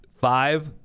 Five